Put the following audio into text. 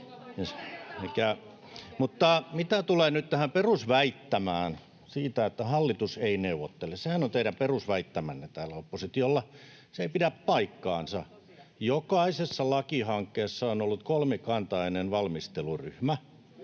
Mutta mitä tulee nyt tähän perusväittämään siitä, että hallitus ei neuvottele — sehän on teidän perusväittämänne täällä oppositiolla — se ei pidä paikkaansa. Jokaisessa lakihankkeessa on ollut kolmikantainen valmisteluryhmä,